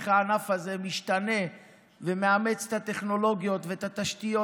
איך הענף הזה משתנה ומאמץ את הטכנולוגיות ואת התשתיות